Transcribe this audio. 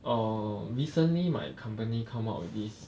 err recently my company come out with this